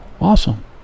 awesome